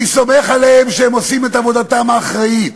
אני סומך עליהם שהם עושים את עבודתם האחראית,